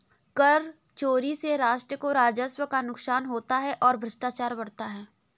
कर चोरी से राष्ट्र को राजस्व का नुकसान होता है और भ्रष्टाचार बढ़ता है